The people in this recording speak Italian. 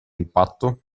impatto